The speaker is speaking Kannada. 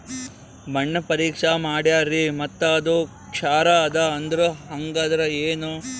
ಮಣ್ಣ ಪರೀಕ್ಷಾ ಮಾಡ್ಯಾರ್ರಿ ಮತ್ತ ಅದು ಕ್ಷಾರ ಅದ ಅಂದ್ರು, ಹಂಗದ್ರ ಏನು?